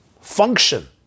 function